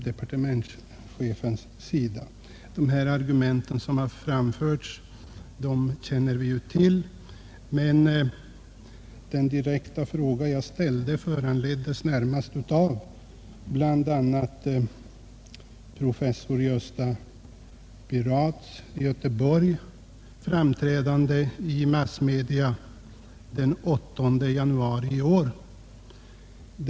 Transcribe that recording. De argument som anförs känner vi redan till. Anledningen till att jag ställde min fråga var närmast professor Gösta Biraths framträdande i massmedia den 8 januari i år.